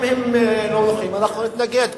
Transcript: ואם הם לא נכונים אנחנו נתנגד.